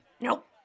Nope